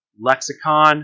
Lexicon